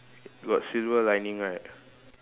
got silver lining right